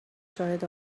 شاهد